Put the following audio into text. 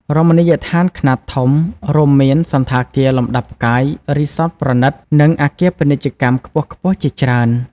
រមណីយដ្ឋានខ្នាតធំ រួមមានសណ្ឋាគារលំដាប់ផ្កាយ រីសតប្រណីត និងអគារពាណិជ្ជកម្មខ្ពស់ៗជាច្រើន។